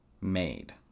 made